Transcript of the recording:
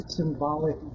symbolic